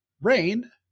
Rain